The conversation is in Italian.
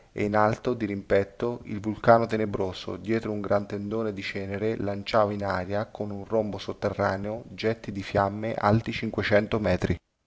e in alto dirimpetto il vulcano tenebroso dietro un gran tendone di cenere lanciava in aria con un rombo sotterraneo getti di fiamme alti cinquecento metri